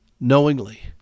knowingly